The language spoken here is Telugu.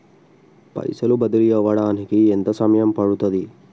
పైసలు బదిలీ అవడానికి ఎంత సమయం పడుతది?